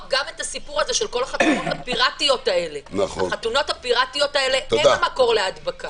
את הסיפור של החתונות הפיראטיות הן המקור להדבקה.